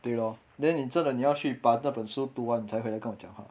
对咯 then 你真的你要去把那本书读完才回来跟我讲话